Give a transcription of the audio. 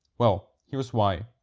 well, here's why.